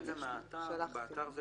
הם לקחו את זה מהאתר, באתר זה